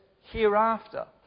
hereafter